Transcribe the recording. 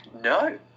No